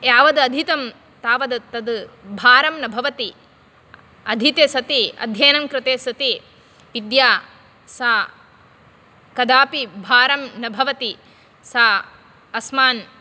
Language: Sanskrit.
यावदधीतं तावत् तत् भारं न भवति अधीते सति अध्ययनं कृते सति विद्या सा कदापि भारं न भवति सा अस्मान्